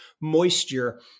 moisture